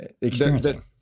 experiencing